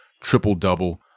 triple-double